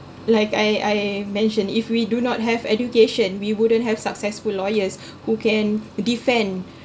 like I I mentioned if we do not have education we wouldn't have successful lawyers who can defend